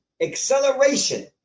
acceleration